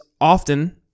often